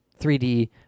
3D